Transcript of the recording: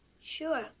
Sure